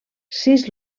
sis